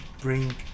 bring